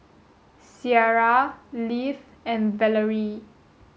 Ciarra Leif and Valarie